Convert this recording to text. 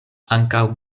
ankaŭ